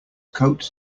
coat